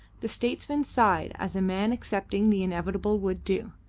the statesman sighed as a man accepting the inevitable would do,